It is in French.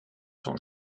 son